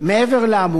מעבר לאמור,